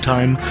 Time